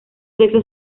sexos